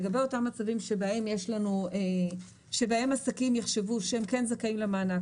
לגבי אותם צעדים שבהם עסקים יחשבו שהם כן זכאים למענק,